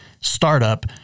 startup